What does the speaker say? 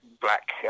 black